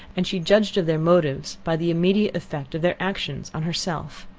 and she judged of their motives by the immediate effect of their actions on herself.